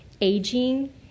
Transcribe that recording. aging